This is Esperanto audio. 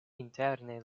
interne